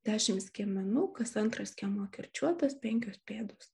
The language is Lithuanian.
dešimt skiemenų kas antras skiemuo kirčiuotas penkios pėdos